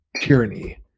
tyranny